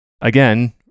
again